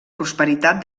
prosperitat